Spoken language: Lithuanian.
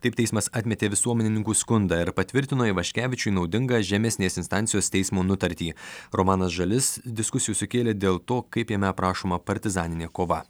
taip teismas atmetė visuomenininkų skundą ir patvirtino ivaškevičiui naudingą žemesnės instancijos teismo nutartį romanas žalis diskusijų sukėlė dėl to kaip jame aprašoma partizaninė kova